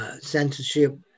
censorship